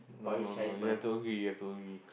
no no no you have to agree you have to agree